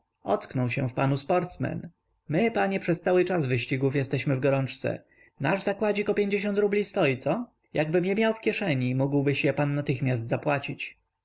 ocknął się w panu sportsmen my panie przez cały czas wyścigów jesteśmy w gorączce nasz zakładzik o pięćdziesiąt rubli stoi co jakbym je miał w kieszeni mógłbyś je pan natychmiast zapłacić